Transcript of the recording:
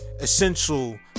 Essential